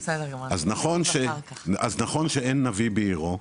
אז נכון שאין נביא בעירו,